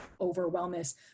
overwhelmness